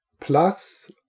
Plus